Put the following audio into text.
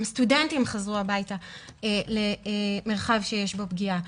גם סטודנטים חזרו הביתה למרחב שיש בו פגיעה.